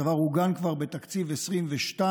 הדבר עוגן כבר בתקציב 2022,